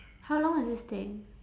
how long is this thing